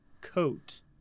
coat